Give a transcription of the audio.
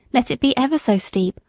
let it be ever so steep,